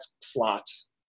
slots